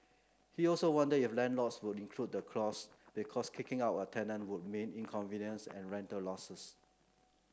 he also wondered if landlords would include the clause because kicking out a tenant would mean inconvenience and rental losses